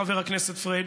חבר הכנסת פריג',